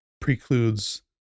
precludes